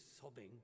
sobbing